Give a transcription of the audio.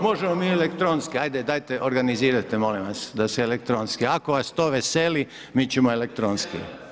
Možemo mi elektronski, ajde dajte organizirajte molim vas, da se elektronski, ako vas to veseli, mi ćemo elektronski.